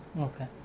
Okay